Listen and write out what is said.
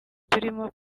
turimo